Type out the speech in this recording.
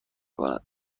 کند